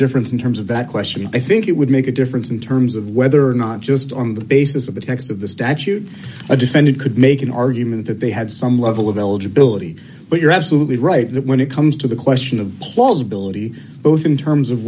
difference in terms of that question i think it would make a difference in terms of whether or not just on the basis of the text of the statute a defendant could make an argument that they had some level of eligibility but you're absolutely right that when it comes to the question of plausibility both in terms of